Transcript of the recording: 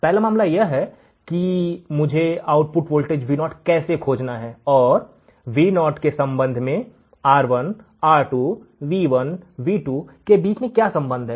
पहला मामला यह है कि मुझे आउटपुट वोल्टेज Vo को कैसे खोजना है और Vo के संबंध में R2 R1 V1 V2 के बीच क्या संबंध है